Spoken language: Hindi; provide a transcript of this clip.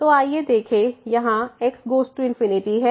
तो आइए देखें यहाँ x गोज़ टू है